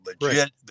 legit